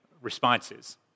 responses